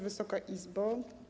Wysoka Izbo!